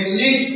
need